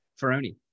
ferroni